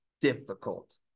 difficult